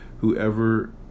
Whoever